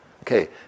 Okay